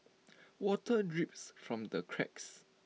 water drips from the cracks